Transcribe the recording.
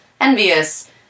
envious